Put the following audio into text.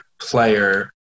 player